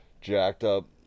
jacked-up